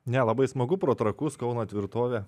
ne labai smagu pro trakus kauno tvirtovė